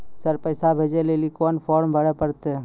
Sir पैसा भेजै लेली कोन फॉर्म भरे परतै?